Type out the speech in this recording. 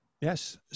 Yes